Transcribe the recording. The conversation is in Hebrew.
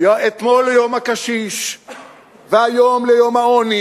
אתמול יום הקשיש והיום יום העוני